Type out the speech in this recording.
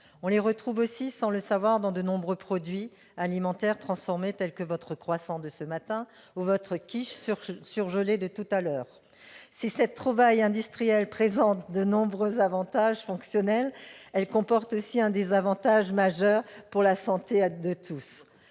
On les retrouve aussi, sans le savoir, dans de nombreux produits alimentaires transformés, mes chers collègues, tels que votre croissant de ce matin ou votre quiche surgelée de tout à l'heure. Si cette trouvaille industrielle présente de nombreux avantages fonctionnels, elle comporte aussi un désavantage majeur pour la santé de tous.